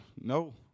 no